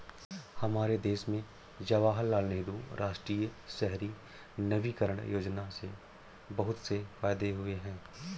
हमारे देश में जवाहरलाल नेहरू राष्ट्रीय शहरी नवीकरण योजना से बहुत से फायदे हुए हैं